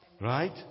Right